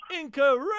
incorrect